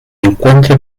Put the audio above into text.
encuentre